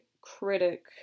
critic